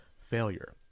failure